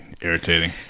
irritating